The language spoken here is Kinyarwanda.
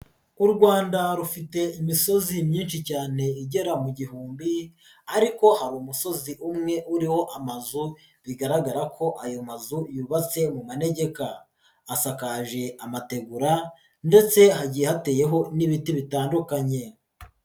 U Rwanda rufite imisozi myinshi cyane igera mu gihumbi, ariko hari umusozi umwe uriho amavu bigaragara ko ayo mazu yubatse mu manegeka, asakaje amategura ndetse hagiye hateyeho n'ibiti bitandukanye.